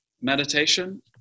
meditation